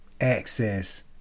access